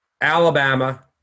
Alabama